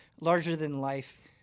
larger-than-life